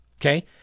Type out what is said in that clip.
Okay